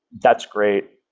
that's great.